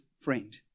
friend